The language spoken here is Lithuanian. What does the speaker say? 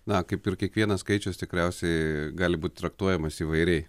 na kaip ir kiekvienas skaičius tikriausiai gali būt traktuojamas įvairiai